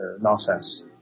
nonsense